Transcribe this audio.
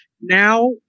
Now